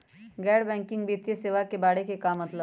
गैर बैंकिंग वित्तीय सेवाए के बारे का मतलब?